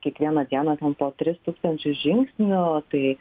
kiekvieną dieną ten po tris tūkstančius žingsnių tai